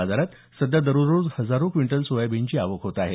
बाजारात सध्या दररोज हजारो क्विंटल सोयाबीनची आवक होत आहे